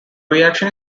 reaction